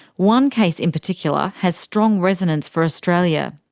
one case in particular has strong resonance for australia.